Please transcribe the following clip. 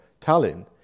Tallinn